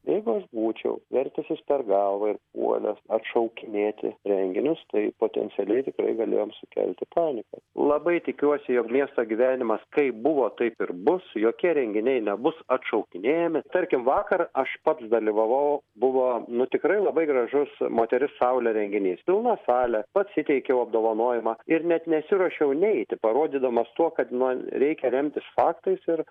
jeigu aš būčiau vertęsis per galvą ir puolęs atšaukinėti renginius tai potencialiai tikrai galėjom sukelti paniką labai tikiuosi jog miesto gyvenimas kaip buvo taip ir bus jokie renginiai nebus atšaukinėjami tarkim vakar aš pats dalyvavau buvo nu tikrai labai gražus moteris saulė reginys pilna salė pats įteikiau apdovanojimą ir net nesiruošiau neiti parodydamas tuo kad nu reikia remtis faktais ir